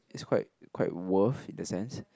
is quite quite worth in a sense